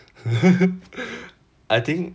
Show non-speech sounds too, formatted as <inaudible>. <laughs> I think